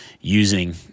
using